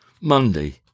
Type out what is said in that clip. Monday